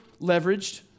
leveraged